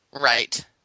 Right